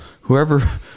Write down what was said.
Whoever